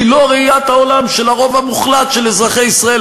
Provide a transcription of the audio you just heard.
היא לא ראיית העולם של הרוב המוחלט של אזרחי ישראל.